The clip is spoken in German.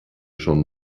schon